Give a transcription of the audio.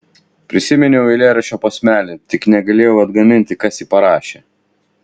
prisiminiau eilėraščio posmelį tik negalėjau atgaminti kas jį parašė